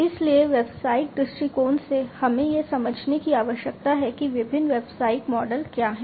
इसलिए व्यावसायिक दृष्टिकोण से हमें यह समझने की आवश्यकता है कि विभिन्न व्यावसायिक मॉडल क्या हैं